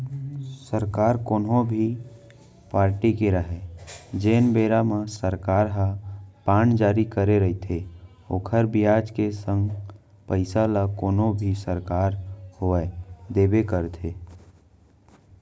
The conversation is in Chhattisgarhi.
सरकार कोनो भी पारटी के रहय जेन बेरा म सरकार ह बांड जारी करे रइथे ओखर बियाज के संग पइसा ल कोनो भी सरकार होवय देबे करथे